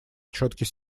четкий